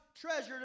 treasured